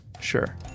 Sure